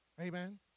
Amen